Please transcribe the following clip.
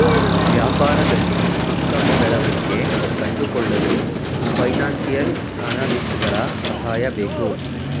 ವ್ಯಾಪಾರದಲ್ಲಿ ಉತ್ತಮ ಬೆಳವಣಿಗೆ ಕಂಡುಕೊಳ್ಳಲು ಫೈನಾನ್ಸಿಯಲ್ ಅನಾಲಿಸ್ಟ್ಸ್ ಗಳ ಸಹಾಯ ಬೇಕು